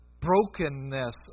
brokenness